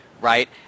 right